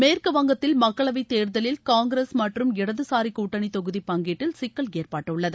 மேற்குவங்கத்தில் மக்களவைத் தேர்தலில் காங்கிரஸ் மற்றும் இடதுசாரி கூட்டணி தொகுதிப் பங்கீட்டில் சிக்கல் ஏற்பட்டுள்ளது